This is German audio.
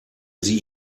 sie